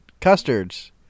custards